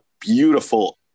beautiful